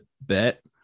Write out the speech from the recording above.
bet